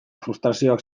frustrazioak